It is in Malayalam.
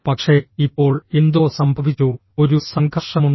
പക്ഷേ ഇപ്പോൾ എന്തോ സംഭവിച്ചു ഒരു സംഘർഷമുണ്ട്